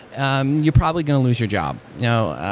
um you're probably going to lose your job. you know